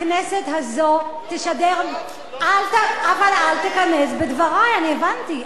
הכנסת הזו תשדר, אבל אל תיכנס בדברי, אני הבנתי.